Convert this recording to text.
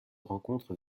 rencontre